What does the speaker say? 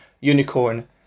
unicorn